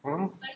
!huh!